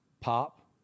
pop